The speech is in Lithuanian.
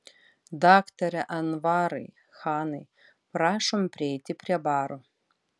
daktare anvarai chanai prašom prieiti prie baro